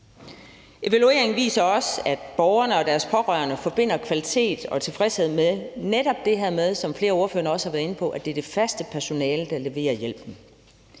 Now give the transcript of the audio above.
Evalueringen viser også, at borgerne og deres pårørende netop forbinder kvalitet og tilfredshed med det, som flere af ordførerne også har været inde på, nemlig at det er det faste personale, der leverer hjælpen.